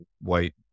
white